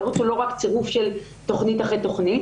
ערוץ הוא לא רק צרוף של תוכנית אחרי תוכנית,